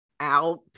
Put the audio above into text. out